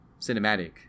cinematic